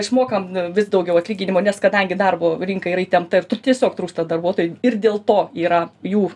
išmokam vis daugiau atlyginimo nes kadangi darbo rinka yra įtempta ir tu tiesiog trūksta darbuotojų ir dėl to yra jų